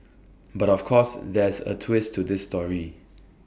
but of course there's A twist to this story